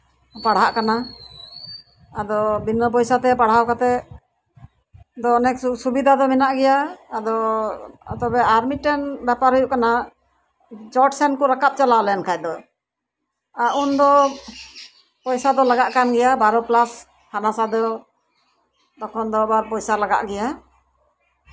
ᱯᱟᱲᱦᱟᱜ ᱠᱟᱱᱟ ᱟᱫᱚ ᱵᱤᱱᱟᱹ ᱯᱚᱭᱥᱟ ᱛᱮ ᱯᱟᱲᱦᱟᱣ ᱠᱟᱛᱮ ᱫᱚ ᱚᱱᱮ ᱥᱩᱵᱤᱫᱟ ᱫᱚ ᱢᱮᱱᱟᱜ ᱜᱮᱭᱟ ᱟᱫᱚ ᱛᱚᱵᱮ ᱟᱨ ᱢᱤᱫᱴᱟᱹᱝ ᱵᱮᱯᱟᱨ ᱦᱩᱭᱩᱜ ᱠᱟᱱᱟᱪᱚᱴ ᱥᱚᱱ ᱠᱚ ᱨᱟᱠᱟᱵ ᱪᱟᱞᱟᱣ ᱞᱮᱱᱠᱷᱟᱱ ᱫᱚ ᱟᱜ ᱩᱱ ᱫᱚ ᱯᱚᱭᱥᱟ ᱫᱚ ᱞᱟᱜᱟᱜ ᱠᱟᱱ ᱜᱮᱭᱟ ᱵᱟᱨᱚ ᱠᱞᱟᱥ ᱦᱟᱱᱟ ᱥᱟ ᱫᱚ ᱛᱚᱠᱷᱚᱱ ᱫᱚ ᱟᱵᱟᱨ ᱯᱚᱭᱥᱟ ᱞᱟᱜᱟᱜ ᱜᱮᱭᱟ